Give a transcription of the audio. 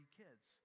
kids